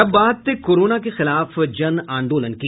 और अब बात कोरोना के खिलाफ जनआंदोलन की